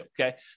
okay